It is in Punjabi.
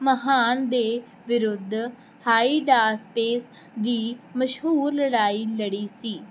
ਮਹਾਨ ਦੇ ਵਿਰੁੱਧ ਹਾਈਡਾਸਪੇਸ ਦੀ ਮਸ਼ਹੂਰ ਲੜਾਈ ਲੜੀ ਸੀ